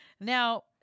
now